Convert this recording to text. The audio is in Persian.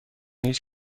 هیچ